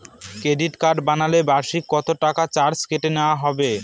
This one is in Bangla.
ক্রেডিট কার্ড বানালে বার্ষিক কত টাকা চার্জ কেটে নেওয়া হবে?